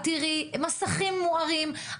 מסכים מוארים,